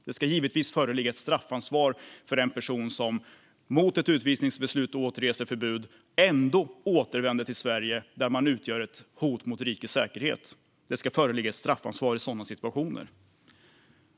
Det ska givetvis föreligga ett straffansvar för en person som mot ett utvisningsbeslut och återreseförbud ändå återvänder till Sverige och där utgör ett hot mot rikets säkerhet. Det ska föreligga ett straffansvar i sådana situationer.